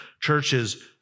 churches